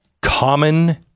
Common